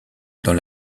dans